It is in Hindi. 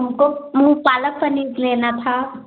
हमको हम पालक पनीर लेना था